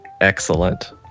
Excellent